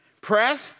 pressed